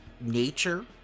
nature